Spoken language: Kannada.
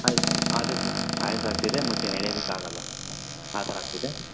ಆಯ್ತು ಅದೇ ಸರ್ ಆಯಾಸ ಆಗ್ತಿದೆ ಮತ್ತು ನಡ್ಯೋದಕ್ಕಾಗಲ್ಲ ಆ ಥರ ಆಗ್ತಿದೆ